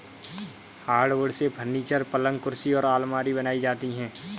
hardwood से furniture, पलंग कुर्सी और आलमारी बनाई जाती है